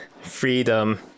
freedom